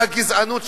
מהגזענות,